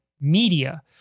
media